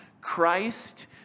Christ